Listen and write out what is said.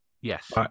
Yes